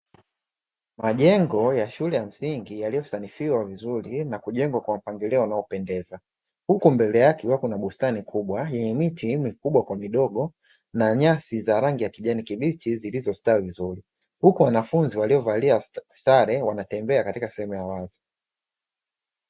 Majengo ya shule ya msingi yaliyosanifiwa vizuri na kujengwa kwa mpangilio unaopendeza, huku mbele yake kukiwa kuna bustani kubwa yenye miti mikubwa kwa midogo na nyasi za rangi ya kijani kibichi zilizostawi vizuri, huku wanafunzi waliovalia sare wanatembea katika sehemu ya wazi.